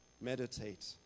Meditate